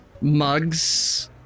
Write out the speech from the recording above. mugs